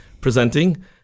presenting